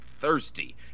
thirsty